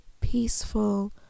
peaceful